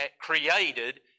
created